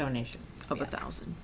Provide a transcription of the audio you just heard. donation of a thousand